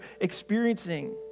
experiencing